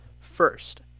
First